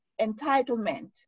entitlement